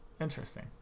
interesting